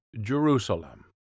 Jerusalem